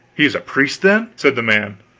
he is a priest, then, said the man,